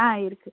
ஆ இருக்கு